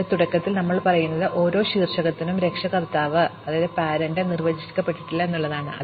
അതിനാൽ തുടക്കത്തിൽ ഞങ്ങൾ പറയുന്നത് ഓരോ ശീർഷകത്തിനും രക്ഷകർത്താവ് നിർവചിക്കപ്പെട്ടിട്ടില്ല എന്നാണ്